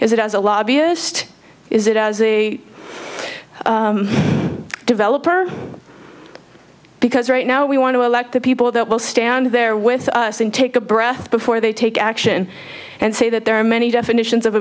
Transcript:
is it as a lobbyist is it as a developer because right now we want to elect the people that will stand there with us and take a breath before they take action and say that there are many definitions of